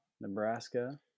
Nebraska